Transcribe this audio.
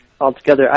altogether